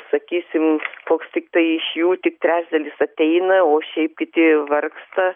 sakysim koks tiktai iš jų tik trečdalis ateina o šiaip kiti vargsta